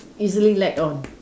easily led on